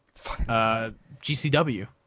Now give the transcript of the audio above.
GCW